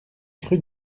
crut